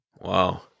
Wow